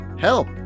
Help